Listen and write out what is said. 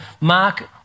mark